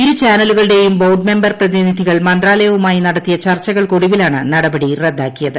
ഇരു ചാനലുകളുടേയും board member പ്രതിനിധികൾ മന്ത്രാലയവുമായി നടത്തിയ ചർച്ചകൾക്ക് ഒടുവിലാണ് നടപടി റദ്ദാക്കിയത്